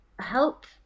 help